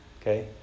okay